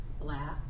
black